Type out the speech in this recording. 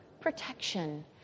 protection